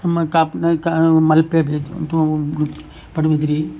ನಮ್ಮ ಕಾಪುನ ಕಾ ಮಲ್ಪೆ ಬೀಚ್ ಅದು ಪಡುಬಿದ್ರಿ